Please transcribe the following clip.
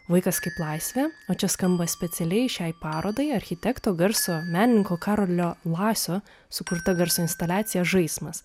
vaikas kaip laisvė o čia skamba specialiai šiai parodai architekto garso menininko karolio lasio sukurta garso instaliacija žaismas